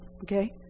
Okay